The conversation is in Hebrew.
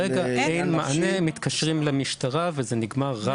לא, כרגע אין מענה, מתקשרים למשטרה וזה נגמר רע.